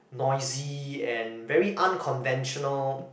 noisy and very unconventional